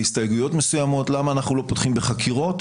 בהסתייגויות מסוימות למה אנחנו לא פותחים בחקירות